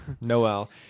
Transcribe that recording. Noel